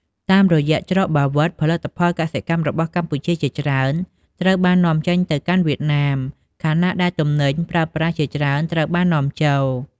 តាមរយៈច្រកបាវិត ផលិតផលកសិកម្មរបស់កម្ពុជាជាច្រើនត្រូវបាន នាំចេញទៅកាន់វៀតណាម ខណៈដែលទំនិញប្រើប្រាស់ជាច្រើនត្រូវបាននាំចូល។